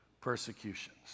persecutions